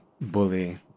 bully